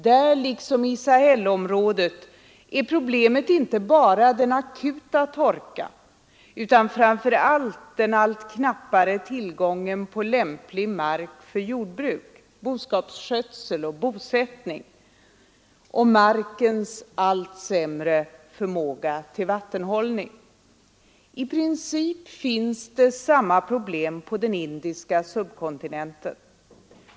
Där liksom i Sahel-området är problemet inte bara den akuta torkan utan framför allt den allt knappare tillgången på lämplig mark för jordbruk, boskapsskötsel och bosättning och markens allt sämre förmåga till vattenhållning. I princip finns samma problem på den indiska subkontinenten.